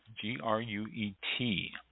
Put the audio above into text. G-R-U-E-T